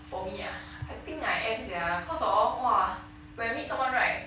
for me ah I think I am sia cause hor !wah! when meet someone right